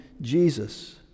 Jesus